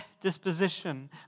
disposition